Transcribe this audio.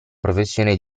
professione